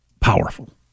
powerful